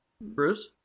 Bruce